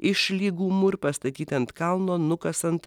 iš lygumų ir pastatyta ant kalno nukasant